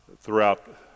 throughout